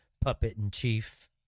puppet-in-chief